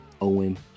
Owen